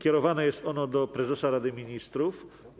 Kierowane jest ono do prezesa Rady Ministrów.